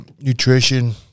nutrition